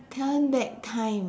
turn back time